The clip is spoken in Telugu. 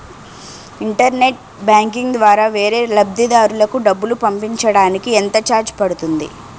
ఇంటర్నెట్ బ్యాంకింగ్ ద్వారా వేరే లబ్ధిదారులకు డబ్బులు పంపించటానికి ఎంత ఛార్జ్ పడుతుంది?